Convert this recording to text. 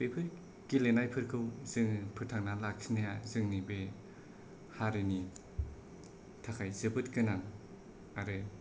बेफोर गेलेनायफोरखौ जों फोथांनानै लाखिनाया जोंनि बे हारिनि थाखाय जोबोद गोनां आरो